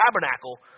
tabernacle